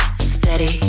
steady